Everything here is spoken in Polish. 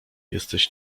jesteś